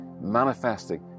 manifesting